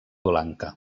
blanca